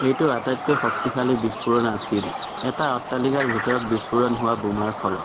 এইটো আটাইতকৈ শক্তিশালী বিস্ফোৰণ আছিল এটা অট্টালিকাৰ ভিতৰত বিস্ফোৰণ হোৱা বোমাৰ ফলত